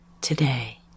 today